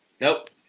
Nope